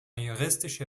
juristische